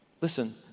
listen